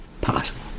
possible